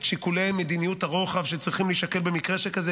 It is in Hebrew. שיקולי מדיניות הרוחב שצריכים להישקל במקרה שכזה.